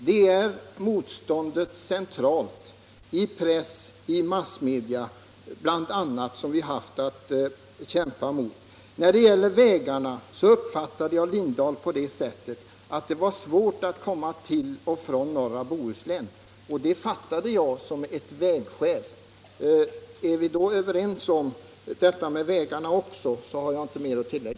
Det är motståndet centralt, i press och massmedia, som vi haft att kämpa mot. När det gäller vägarna uppfattade jag herr Lindahls i Hamburgsund uttalande på det sättet att det var svårt att komma till och från norra Bohuslän. Det fattade jag som ett skäl grundat på vägförhållandena. Är vi då även överens om detta med vägarna har jag inget mer att tillägga.